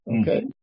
Okay